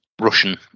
Russian